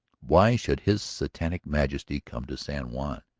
why should his satanic majesty come to san juan?